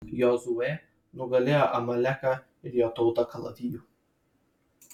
jozuė nugalėjo amaleką ir jo tautą kalaviju